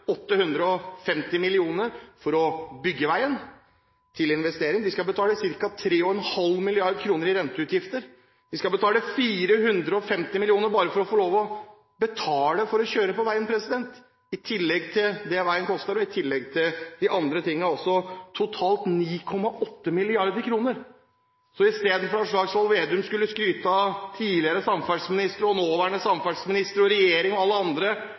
3,5 mrd. kr i renteutgifter. De skal betale 450 mill. kr bare for å få kjøre på veien – i tillegg til det veien koster, og i tillegg til de andre tingene også, totalt 9,8 mrd. kr. Istedenfor å skryte av tidligere samferdselsministre, nåværende samferdselsminister, regjeringen og alle de andre Slagsvold Vedum alltid skryter av, burde han faktisk skrytt av bilistene. Det er bilistene som betaler hele regningen og